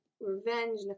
revenge